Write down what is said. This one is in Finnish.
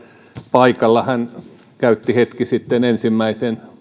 paikalla hän käytti hetki sitten ensimmäisen